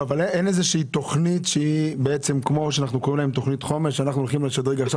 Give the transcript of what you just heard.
אין איזו תוכנית חומש לשדרוג מערכות,